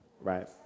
Right